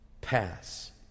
pass